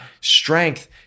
Strength